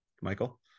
Michael